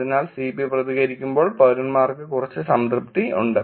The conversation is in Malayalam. അതിനാൽ CP പ്രതികരിക്കുമ്പോൾ പൌരന്മാർക്ക് കുറച്ച് സംതൃപ്തി ഉണ്ട്